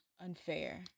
unfair